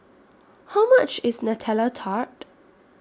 How much IS Nutella Tart